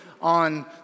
on